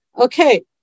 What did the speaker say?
Okay